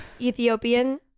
Ethiopian